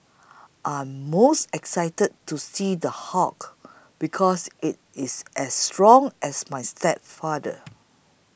I'm most excited to see The Hulk because it is as strong as my stepfather